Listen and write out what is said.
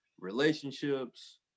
relationships